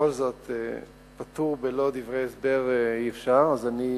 ובכל זאת פטור בלא דברי הסבר אי-אפשר, אז אני